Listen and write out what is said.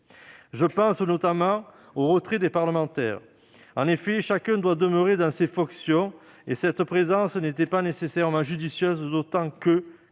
Je pense notamment au retrait des parlementaires. En effet, chacun doit demeurer dans ses fonctions et cette présence n'était pas nécessairement judicieuse, d'autant que,